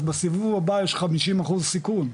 אז בסיבוב הבא יש חמישים אחוז סיכון,